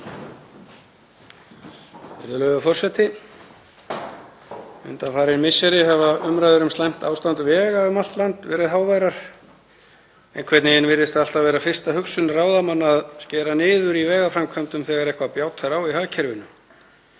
Virðulegur forseti. Undanfarin misseri hafa umræður um slæmt ástand vega um allt land verið háværar. Einhvern veginn virðist alltaf vera fyrsta hugsun ráðamanna að skera niður í vegaframkvæmdum þegar eitthvað bjátar á í hagkerfinu.